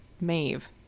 Maeve